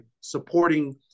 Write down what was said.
supporting